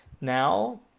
now